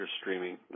streaming